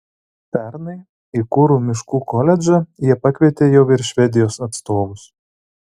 pernai į kuru miškų koledžą jie pakvietė jau ir švedijos atstovus